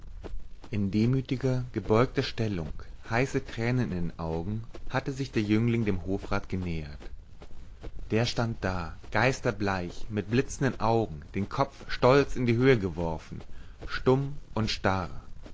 in demütiger gebeugter stellung heiße tränen in den augen hatte sich der jüngling dem hofrat genähert der stand da geisterbleich mit blitzenden augen den kopf stolz in die höhe geworfen stumm und starr